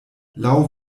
laŭ